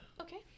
Okay